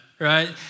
right